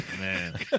Man